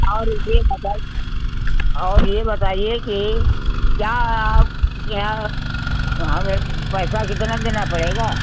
और ये बताइ और ये बताइए कि क्या आपके यहाँ हमें पैसा कितना देना पड़ेगा